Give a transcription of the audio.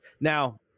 Now